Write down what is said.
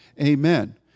Amen